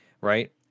right